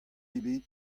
ebet